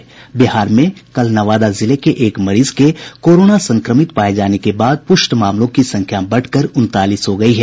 इधर बिहार में कल नवादा जिले के एक मरीज के कोरोना संक्रमति पाये जाने के बाद पुष्ट मामलों की संख्या बढ़कर उनतालीस हो गयी है